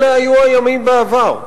אלה היו הימים בעבר.